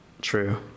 True